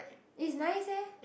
is nice eh